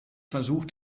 versucht